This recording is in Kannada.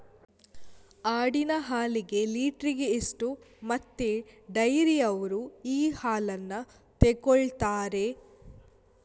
ಆಡಿನ ಹಾಲಿಗೆ ಲೀಟ್ರಿಗೆ ಎಷ್ಟು ಮತ್ತೆ ಡೈರಿಯವ್ರರು ಈ ಹಾಲನ್ನ ತೆಕೊಳ್ತಾರೆ?